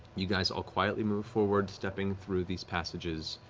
you guys all quietly move forward, stepping through these passages,